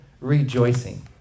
rejoicing